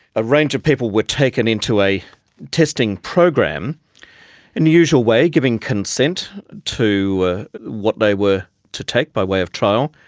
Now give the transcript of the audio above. a range of people were taken into a testing program in the usual way, giving giving consent to what they were to take by way of trial,